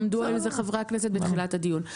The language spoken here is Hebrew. עמדו על זה חברי הכנסת בתחילת הדיון.